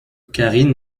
karine